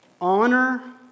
honor